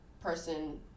person